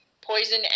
Poison